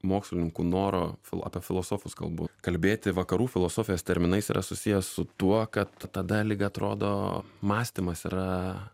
mokslininkų noro fil apie filosofus kalbu kalbėti vakarų filosofijos terminais yra susiję su tuo kad tada lyg atrodo mąstymas yra